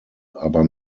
aber